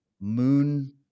Moon